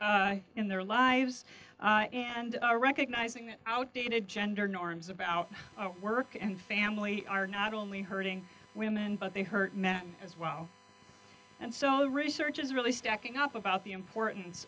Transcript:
balance in their lives and recognizing that outdated gender norms about work and family are not only hurting women but they hurt men as well and so the research is really stacking up about the importance